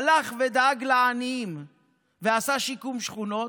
הלך ודאג לעניים ועשה שיקום שכונות,